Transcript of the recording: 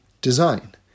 design